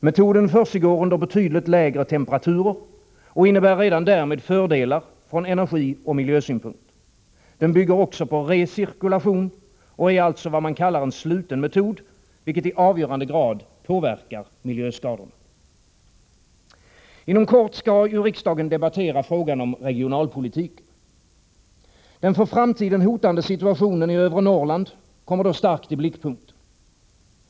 Processen försiggår under betydligt lägre temperaturer än andra processer och innebär redan därmed fördelar från energioch miljösynpunkt. Den bygger också på recirkulation och är alltså vad man kallar en sluten metod, vilket i avgörande grad påverkar miljöskadorna. Inom kort skall riksdagen debattera frågan om regionalpolitiken. Den för framtiden hotande situationen i övre Norrland kommer då starkt i blickpunkten.